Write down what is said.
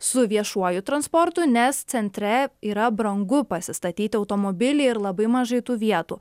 su viešuoju transportu nes centre yra brangu pasistatyti automobilį ir labai mažai tų vietų